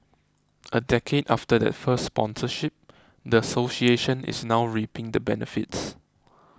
a decade after that first sponsorship the association is now reaping the benefits